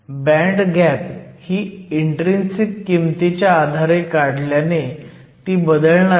band gap ही intrinsic किंमतीच्या आधारे काढल्याने ती बदलणार नाही